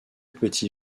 petit